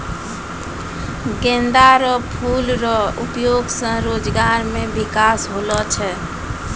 गेंदा रो फूल रो उपयोग से रोजगार मे बिकास होलो छै